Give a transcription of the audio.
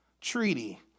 treaty